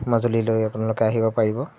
মাজুলীলৈ আপোনালোকে আহিব পাৰিব